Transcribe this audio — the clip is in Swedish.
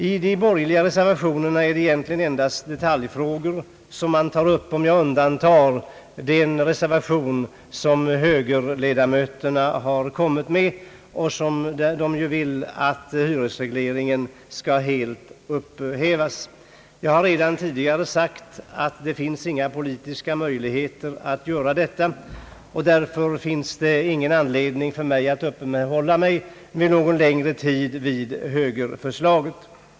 I de borgerliga reservationerna tas egentligen endast detaljfrågor upp, om man undantar högerledamöternas reservation vari krävs att hyresregleringen skall helt upphävas. Jag har redan tidigare sagt att det inte finns några politiska möjligheter att göra detta. Därför finns det ingen anledning för mig att någon längre tid uppehålla mig vid högerförslaget.